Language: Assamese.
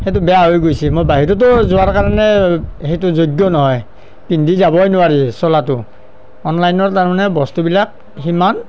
সেইটো বেয়া হৈ গৈছে মই বাহিৰততো যোৱাৰ কাৰণে সেইটো যোগ্য নহয় পিন্ধি যাবই নোৱাৰি চোলাটো অনলাইনৰ বস্তুবিলাক তাৰমানে সিমান